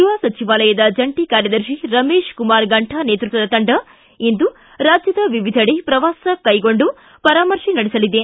ಗೃಹ ಸಚಿವಾಲಯದ ಜಂಟ ಕಾರ್ಯದರ್ಶಿ ರಮೇಶ್ ಕುಮಾರ್ ಗಂಠಾ ನೇತೃತ್ವದ ತಂಡ ಇಂದು ರಾಜ್ಯದ ವಿವಿಧೆಡೆ ಪ್ರವಾಸ ಕೈಗೊಂಡು ಪರಾಮರ್ಶೆ ನಡೆಸಲಿದೆ